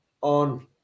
on